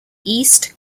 east